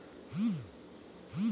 संपत्ती कर बँक खात्यांवरपण लागू होता